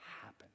happen